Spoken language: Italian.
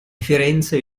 firenze